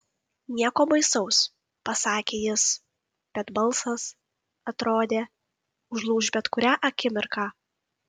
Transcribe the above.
nieko baisaus pasakė jis bet balsas atrodė užlūš bet kurią akimirką